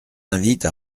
invite